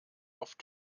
oft